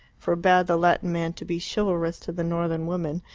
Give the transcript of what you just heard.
forbad the latin man to be chivalrous to the northern woman,